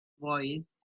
voice